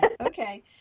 okay